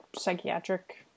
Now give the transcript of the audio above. psychiatric